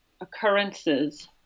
occurrences